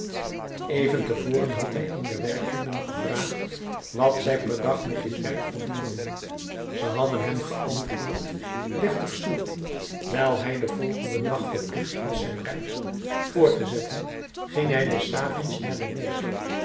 even te voren had hij een der werklieden gevraagd wat zij per dag met dit werk verdienden ze hadden hem geantwoord dertig sous wijl hij den volgenden dag verplicht was zijn reis voort te zetten ging hij des avonds naar den meester